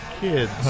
kids